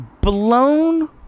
blown